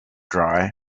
dry